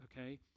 okay